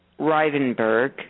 rivenberg